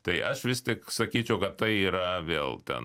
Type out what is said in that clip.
tai aš vis tik sakyčiau kad tai yra vėl ten